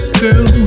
girl